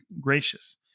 gracious